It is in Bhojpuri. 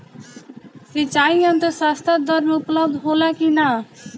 सिंचाई यंत्र सस्ता दर में उपलब्ध होला कि न?